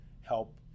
help